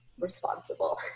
responsible